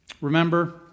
Remember